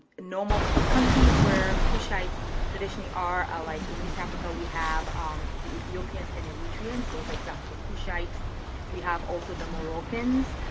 normal countries where cushites traditionally are ah like in east africa we have um the ethiopians and eritrea and those examples of kushites we have also the moroccans